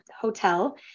Hotel